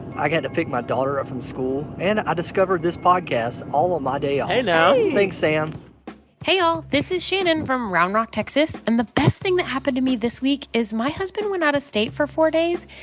i got to pick my daughter up from school. and i discovered this podcast all on my day off hey, now thanks, sam hey, y'all. this is shannon from round rock, texas. and the best thing that happened to me this week is my husband went out of state for four days,